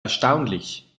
erstaunlich